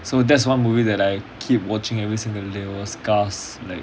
so that's one movie that I keep watching every single day was cars like